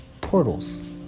portals